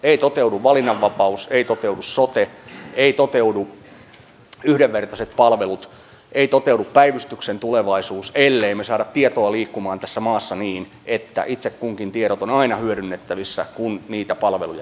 ei toteudu valinnanvapaus ei toteudu sote eivät toteudu yhdenvertaiset palvelut ei toteudu päivystyksen tulevaisuus ellemme me saa tietoa liikkumaan tässä maassa niin että itse kunkin tiedot ovat aina hyödynnettävissä kun niitä palveluja tarvitsee